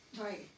Right